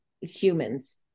humans